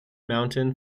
mountain